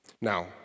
Now